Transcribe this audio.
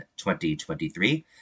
2023